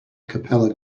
capella